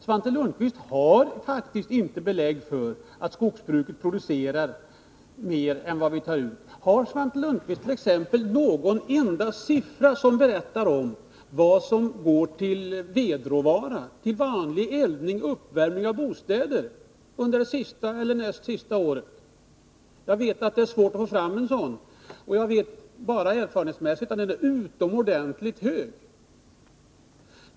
Svante Lundkvist har faktiskt inte belägg för påståendet att skogsbruket producerar mer än vad vi tar ut. Kan Svante Lundkvist t.ex. ange en enda siffra som berättar vad som under det senaste eller näst senaste året har gått till vedråvara, till vanlig uppvärmning av bostäder? Jag vet att det är svårt att få fram en sådan siffra, men erfarenhetsmässigt är den utomordentligt hög.